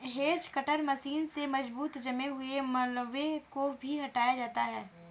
hedge cutter machine से मजबूत जमे हुए मलबे को भी हटाया जाता है